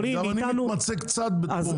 גם אני מתמצא קצת בתחום.